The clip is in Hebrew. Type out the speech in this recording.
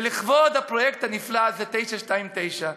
ולכבוד הפרויקט הנפלא הזה, 929,